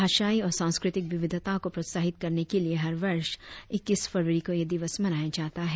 भाषायी और सांस्कृतिक विविधता को प्रोत्साहित करने के लिए हर वर्ष इक्कीस फरवरी को यह दिवस मनाया जाता है